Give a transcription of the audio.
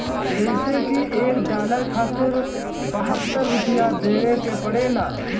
जइसे की एक डालर खातिर बहत्तर रूपया देवे के पड़ेला